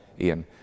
Ian